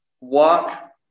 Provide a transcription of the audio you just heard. Walk